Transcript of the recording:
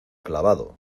clavado